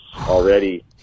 already